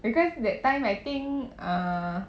because that time I think uh